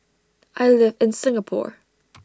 I live in Singapore